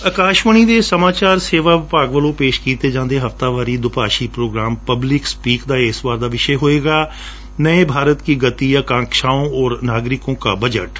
ਅਕਾਸ਼ਵਾਣੀ ਦੇ ਸਮਾਚਾਰ ਸੇਵਾ ਵਿਭਾਗ ਵਲੋਂ ਪੇਸ਼ ਕੀਤੇ ਜਾਂਦੇ ਹਫਤਾਵਾਰੀ ਦੁਭਾਸ਼ੀ ਪ੍ਰੋਗਰਾਮ ਪਬਲਿਕ ਸਪੀਚ ਦਾ ਇਸ ਵਾਰ ਦਾ ਵਿਸ਼ਾ ਹੋਵੇਗਾ 'ਨਯੇ ਭਾਰਤ ਕੀ ਗਤੀ ਅਪੇਕਸ਼ਾਓ ਔਰ ਨਾਗਰਿਕੋਂ ਕਾ ਬਜਟ'